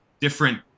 different